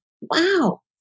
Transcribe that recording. Wow